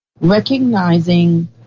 recognizing